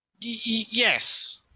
Yes